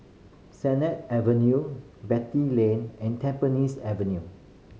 Sennett Avenue Beatty Lane and Tampines Avenue